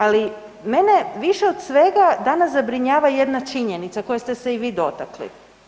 Ali, mene više od svega danas zabrinjava jedna činjenica koje ste se i vi dotakli.